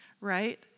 right